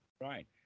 Right